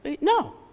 No